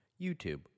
YouTube